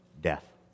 death